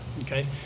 okay